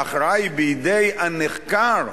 וההכרעה היא בידי הנחקר,